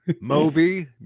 Moby